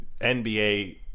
NBA